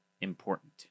important